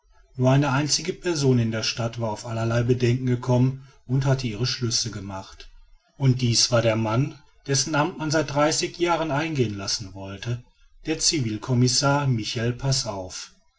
nur eine einzige person in der stadt war auf allerlei bedenken gekommen und hatte ihre schlüsse gemacht und dies war der mann dessen amt man seit dreißig jahren eingehen lassen wollte der civilcommissar michel passauf